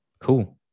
cool